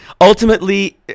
ultimately